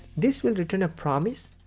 this will return a promise.